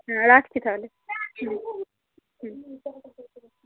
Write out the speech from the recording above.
হ্যাঁ রাখছি তাহলে